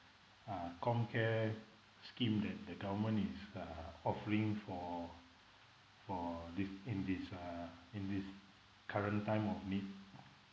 uh com care scheme that the government is uh offering for for this in this uh in this current time of need